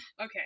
Okay